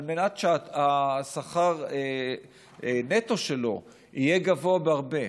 על מנת שהשכר נטו שלו יהיה גבוה בהרבה.